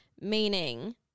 Meaning